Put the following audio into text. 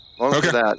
Okay